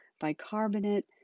bicarbonate